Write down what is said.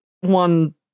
one